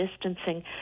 distancing